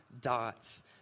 dots